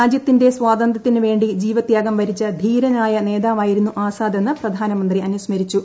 രാജ്യത്തിന്റെ സ്വാതന്ത്രൃത്തിന് വേണ്ടി ജീവത്യാഗം വരിച്ച ധീരനായ നേതാവായിരുന്നു ആസാദെന്ന് പ്രധാനമന്ത്രി അനുസ്മരിച്ചു